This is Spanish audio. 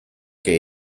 que